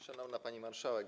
Szanowna Pani Marszałek!